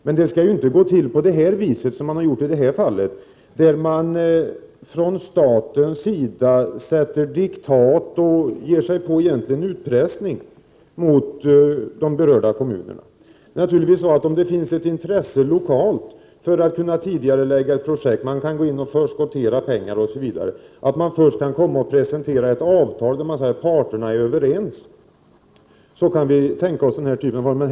Men det skall inte gå till som i det här fallet, där man från statens sida ställer upp diktat och egentligen ger sig på utpressning mot de berörda kommunerna. Om det finns ett lokalt intresse för att tidigarelägga ett projekt och man går in och förskotterar pengar, presenterar ett avtal som visar att parterna är överens, då kan vi tänka oss den här typen av finansiering.